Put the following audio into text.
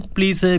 Please